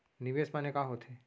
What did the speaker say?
निवेश माने का होथे?